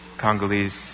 Congolese